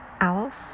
owls